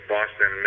Boston